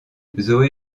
zoé